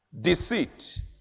deceit